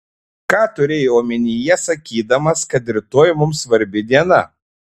ką turėjai omenyje sakydamas kad rytoj mums svarbi diena